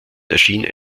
erschien